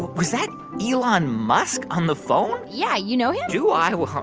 was that elon musk on the phone? yeah. you know him? do i? well,